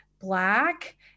black